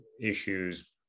issues